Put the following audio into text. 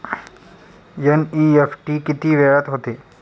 NEFT किती वेळात होते?